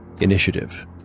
Initiative